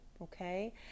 okay